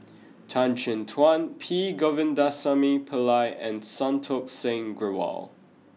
Tan Chin Tuan P Govindasamy Pillai and Santokh Singh Grewal